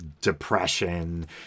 depression